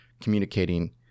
communicating